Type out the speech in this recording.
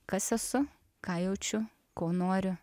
kas esu ką jaučiu ko noriu